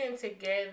together